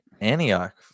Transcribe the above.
Antioch